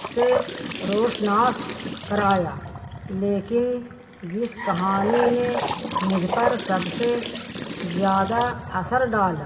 سے روشناس کرایا لیکن جس کہانی نے مجھ پر سب سے زیادہ اثر ڈالا